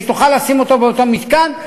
והיא תוכל לשים אותה באותו מתקן,